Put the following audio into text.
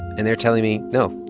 and they're telling me, no,